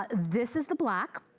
ah this is the black,